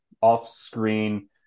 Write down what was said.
off-screen